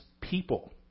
people